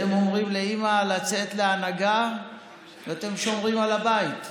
אתם אומרים לאימא לצאת להנהגה ואתם שומרים על הבית,